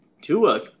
Tua